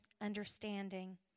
understanding